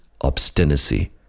obstinacy